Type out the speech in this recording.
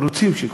רוצים שיקראו,